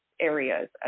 areas